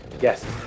Yes